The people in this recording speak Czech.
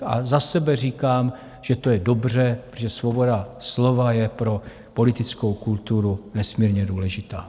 A za sebe říkám, že to je dobře, protože svoboda slova je pro politickou kulturu nesmírně důležitá.